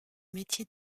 métier